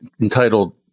entitled